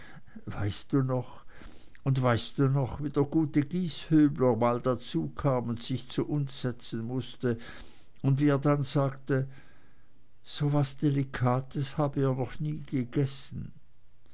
weißt du noch und weißt du noch wie der gute gieshübler mal dazukam und sich zu uns setzen mußte und wie er dann sagte so was delikates habe er noch nie gegessen